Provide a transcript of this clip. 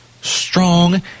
Strong